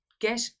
get